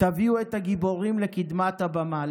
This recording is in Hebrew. תביאו את הגיבורים לקדמת הבמה,